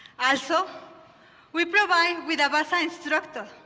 ah so we provide with a basa instructor,